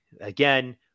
again